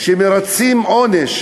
שמרצים עונש